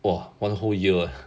!wah! one whole year